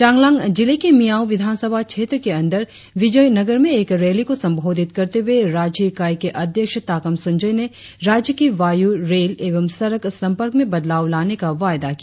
चांगलांग जिले के मियाओ विधानसभा क्षेत्र के अंदर विजयनगर में एक रैली को संबोधित करते हुए कांग्रेस राज्य इकाई के अध्यक्ष ताकम संजोय ने राज्य की वायु रेल एवं सड़क संपर्क में बदलाव लाने का वायदा किया